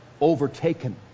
overtaken